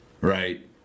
right